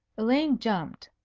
elaine jumped.